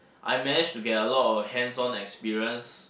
I managed to get a lot of hands on experience